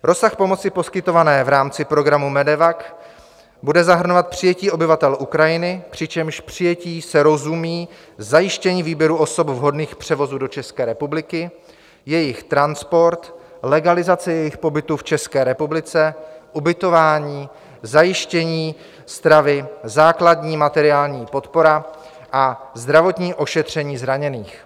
Rozsah pomoci poskytované v rámci programu MEDEVAC bude zahrnovat přijetí obyvatel Ukrajiny, přičemž přijetím se rozumí zajištění výběru osob vhodných k převozu do České republiky, jejich transport, legalizace jejich pobytu v České republice, ubytování, zajištění stravy, základní materiální podpora a zdravotní ošetření zraněných.